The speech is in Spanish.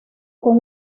con